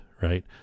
right